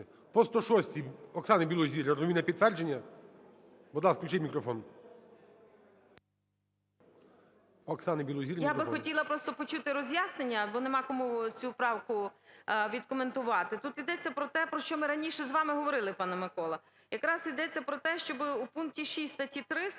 По 106-й Оксана Білозір, я розумію, на підтвердження? Будь ласка, включіть мікрофон. Оксана Білозір. 17:57:26 БІЛОЗІР О.В. Я би хотіла просто почути роз'яснення, бо нема кому цю правку відкоментувати. Тут ідеться про те, про що ми раніше з вами говорили, пане Микола. Якраз ідеться про те, щоби у пункті 6 статті 3